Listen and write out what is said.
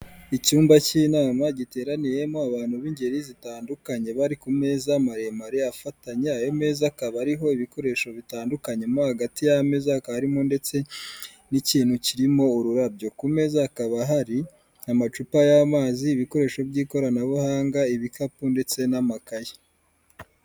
Icyumba cy'inama giteraniyemo abantu b'ingeri zitandukanye, bari ku meza maremare afatanye ayo meza akaba ariho ibikoresho bitandukanye, mo hagati y'ameza karimo ndetse n'ikintu kirimo ururabyo, ku meza hakaba hari amacupa y'amazi, ibikoresho by'ikoranabuhanga, ibikapu, ndetse n'amakaye.